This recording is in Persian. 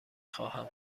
خواهم